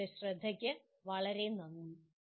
നിങ്ങളുടെ ശ്രദ്ധയ്ക്ക് വളരെ നന്ദി